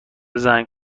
زنگ